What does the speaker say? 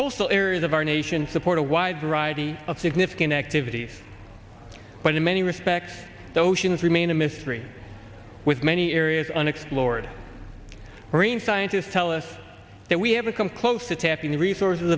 coastal areas of our nation support a wide variety of significant activities but in many respects the oceans remain a mystery with many areas unexplored marine scientists tell us that we have become close to tapping the resources